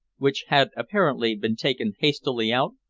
which had apparently been taken hastily out,